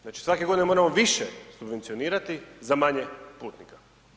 Znači svake godine moramo više subvencionirati za manje putnika.